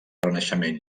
renaixement